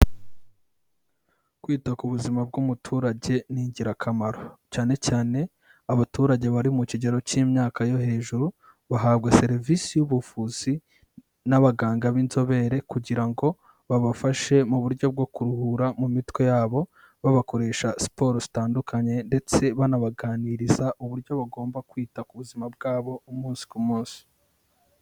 Kwita ku buzima bw'umuturage ni ingirakamaro. Cyane cyane abaturage bari mu kigero cy'imyaka yo hejuru bahabwa serivisi y'ubuvuzi n'abaganga b'inzobere, kugira ngo babafashe mu buryo bwo kuruhura mu mitwe yabo, babakoresha siporo zitandukanye ndetse banabaganiriza uburyo bagomba kwita ku buzima bwabo umunsi ku munsi.